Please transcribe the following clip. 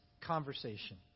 conversation